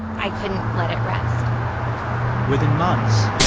i couldn't let it rest within months,